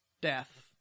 death